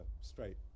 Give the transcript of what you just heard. straight